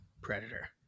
Predator